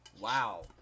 Wow